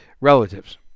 relatives